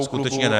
Skutečně ne.